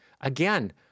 again—